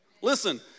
Listen